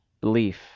Belief